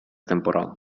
temporal